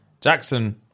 Jackson